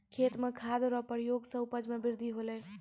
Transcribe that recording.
खेत मे खाद रो प्रयोग से उपज मे बृद्धि होलै